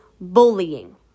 bullying